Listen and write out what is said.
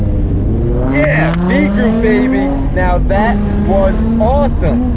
yeah baby! now that, was awesome.